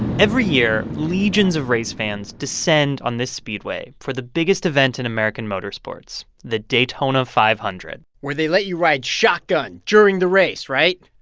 every year, legions of race fans descend on this speedway for the biggest event in american motorsports the daytona five hundred point where they let you ride shotgun during the race, right?